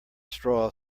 straw